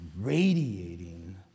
radiating